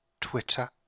Twitter